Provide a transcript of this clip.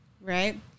right